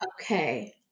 Okay